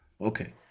Okay